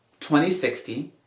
2060